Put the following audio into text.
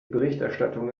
berichterstattung